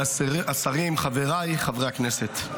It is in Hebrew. השרים, חבריי חברי הכנסת,